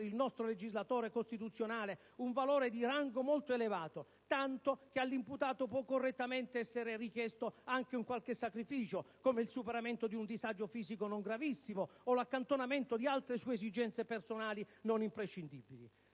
il nostro legislatore costituzionale, un valore di rango molto elevato, tanto che all'imputato può correttamente essere richiesto anche un qualche sacrificio, come il superamento di un disagio fisico non gravissimo o l'accantonamento di altre sue esigenze personali non imprescindibili.